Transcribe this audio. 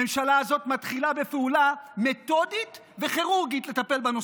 הממשלה הזאת מתחילה בפעולה מתודית וכירורגית לטפל בנושא.